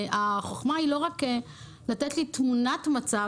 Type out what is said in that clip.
החוכמה היא לא רק לתת לי תמונת מצב,